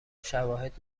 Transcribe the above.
شواهد